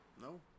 no